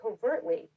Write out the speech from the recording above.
covertly